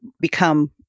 become